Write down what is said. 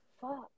fuck